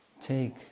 take